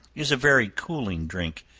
is a very cooling drink.